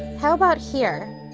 how about here?